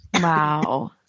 wow